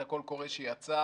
את הקול הקורא שיצא,